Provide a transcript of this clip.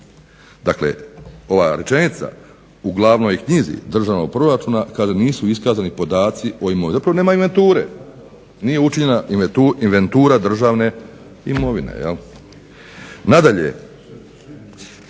Dakle, ova rečenica u Glavnoj knjizi Državnog proračuna, kaže nisu iskazani podaci o imovini. Zapravo nema inventure. Nije učinjena inventura državne imovine. Nadalje,